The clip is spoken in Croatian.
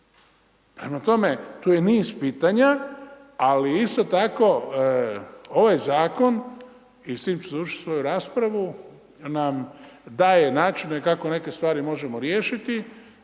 tome, tu je niz pitanja, ali isto tako ovaj zakon i s time ću završiti svoju raspravu nam daje načine kako neke stvari možemo riješiti